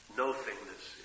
nothingness